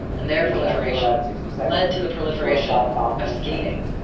and their proliferation lead to the proliferation of skating.